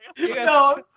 No